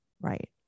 Right